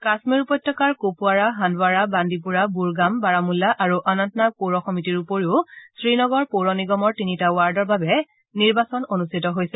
কাম্মীৰ উপত্যকাৰ কুপৱাৰা হান্দৱাৰা বান্দিপোৰা বুড়গাম বাৰামুল্লা আৰু অনন্তনাগ পৌৰ সমিতিৰ উপৰিও শ্ৰীনগৰ পৌৰ নিগমৰ তিনিটা ৱাৰ্ডৰ বাবে নিৰ্বাচন অনুষ্ঠিত হৈছে